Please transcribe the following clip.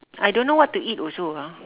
I don't know what to eat also ah